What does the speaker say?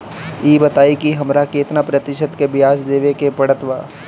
ई बताई की हमरा केतना प्रतिशत के ब्याज देवे के पड़त बा?